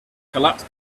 collapsed